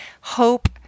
hope